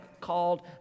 called